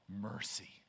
Mercy